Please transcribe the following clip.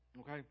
Okay